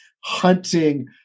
hunting